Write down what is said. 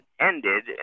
ended